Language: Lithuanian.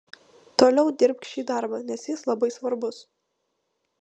toliau dirbk šį darbą nes jis labai svarbus